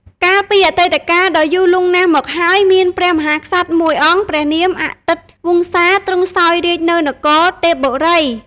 កាលពីអតីតកាលដ៏យូរលង់ណាស់មកហើយ មានព្រះមហាក្សត្រមួយអង្គព្រះនាមអាទិត្យវង្សា ទ្រង់សោយរាជ្យនៅនគរទេពបុរី។